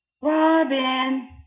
Robin